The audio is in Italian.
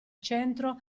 centro